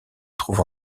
trouve